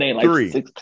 three